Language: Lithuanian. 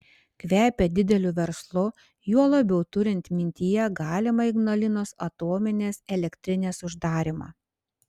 kvepia dideliu verslu juo labiau turint mintyje galimą ignalinos atominės elektrinės uždarymą